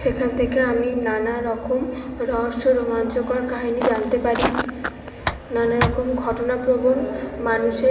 সেখান থেকে আমি নানা রকম রহস্য রোমাঞ্চকর কাহিনী জানতে পারি নানা রকম ঘটনাপ্রবণ মানুষের প্রভৃতির কথা জানতে পারি